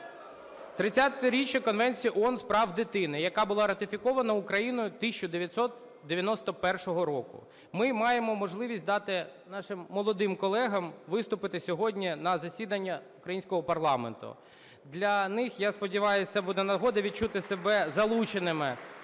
Тридцятиріччя Конвенції ООН з прав дитини, яка була ратифікована Україною 1991 року. Ми маємо можливість дати нашим молодим колегам виступити сьогодні на засіданні українського парламенту. Для них, я сподіваюсь, це буде нагода відчути себе залученими